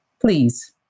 please